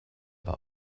war